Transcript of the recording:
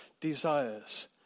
desires